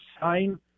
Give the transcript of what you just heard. sign